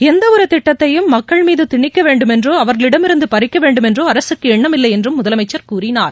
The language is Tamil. எந்தவொருதிட்டத்தையும் மக்கள் மீதுதினிக்கவேண்டும் என்றோ அவர்களிடமிருந்துபறிக்கவேண்டும் என்றோஅரசுக்குஎண்ணம் இல்லையென்றும் முதலனமச்சர் கூறினார்